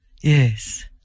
Yes